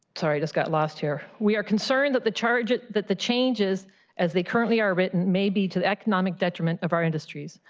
sorry, this got lost here. we are concerned that the charges, that the changes as they currently are written may lead to the economic detriment of our industry.